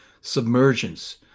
submergence